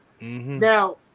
Now